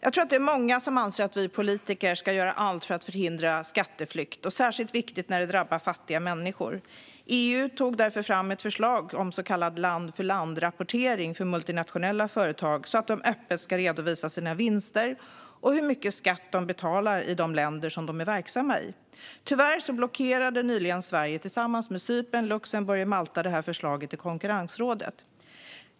Jag tror att många anser att vi politiker ska göra allt för att förhindra skatteflykt och att det är särskilt viktigt när det drabbar fattiga människor. EU tog därför fram ett förslag om så kallad land-för-land-rapportering för multinationella företag, för att de öppet ska redovisa sina vinster och hur mycket skatt de betalar i de länder de är verksamma i. Tyvärr blockerade nyligen Sverige tillsammans med Cypern, Luxemburg och Malta det förslaget i konkurrensrådet.